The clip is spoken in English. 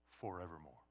forevermore